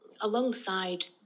alongside